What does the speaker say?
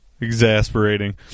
Exasperating